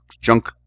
junk